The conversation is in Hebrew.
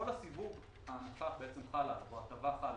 ההטבה חלה.